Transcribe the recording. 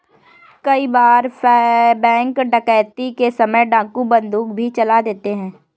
कई बार बैंक डकैती के समय डाकू बंदूक भी चला देते हैं